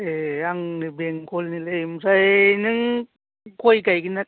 ए आं नै बेंगलनिलै ओमफ्राय नों गय गायोना